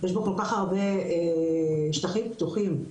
יש בו כל-כך הרבה שטחים פתוחים.